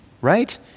right